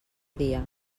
dia